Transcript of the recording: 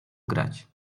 grać